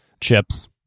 chips